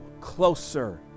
closer